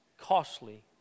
costly